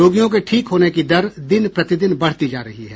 रोगियों के ठीक होने की दर दिन प्रतिदिन बढ़ती जा रही है